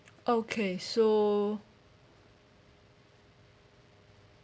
okay so